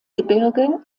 gebirge